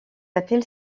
appelle